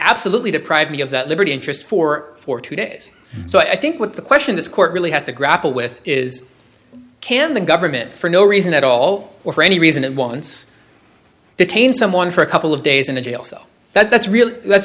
absolutely deprived me of that liberty interest for for two days so i think what the question this court really has to grapple with is can the government for no reason at all or for any reason and once detain someone for a couple of days in a jail cell that that's